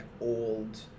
old